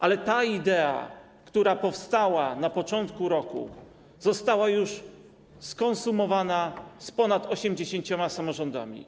Ale ta idea, która powstała na początku roku, została już skonsumowana z ponad 80 samorządami.